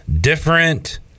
different